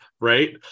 right